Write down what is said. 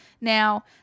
Now